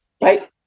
right